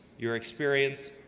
your experience,